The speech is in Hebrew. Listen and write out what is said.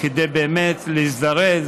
כדי באמת להזדרז